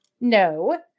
No